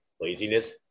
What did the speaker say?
laziness